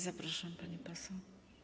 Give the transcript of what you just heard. Zapraszam, pani poseł.